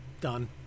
done